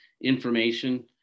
information